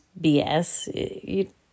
BS